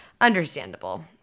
understandable